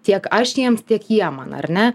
tiek aš jiems tiek jie man ar ne